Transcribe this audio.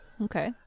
Okay